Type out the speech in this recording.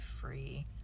free